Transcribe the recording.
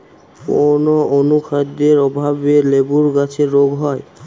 কোন অনুখাদ্যের অভাবে লেবু গাছের রোগ হয়?